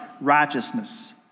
righteousness